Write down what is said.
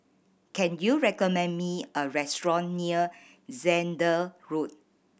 can you recommend me a restaurant near Zehnder Road